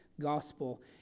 gospel